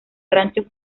rancho